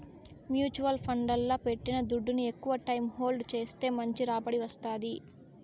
mutual ఫండ్లల్ల పెట్టిన దుడ్డుని ఎక్కవ టైం హోల్డ్ చేస్తే మంచి రాబడి వస్తాది